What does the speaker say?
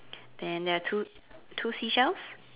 then there are two two seashells